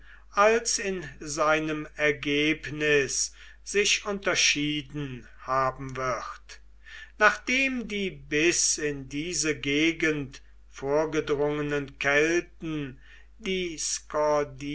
als in seinem ergebnis sich unterschieden haben wird nachdem die bis in diese gegend vorgedrungenen kelten die